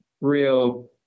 real